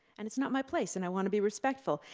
and it's not my place, and i want to be respectful.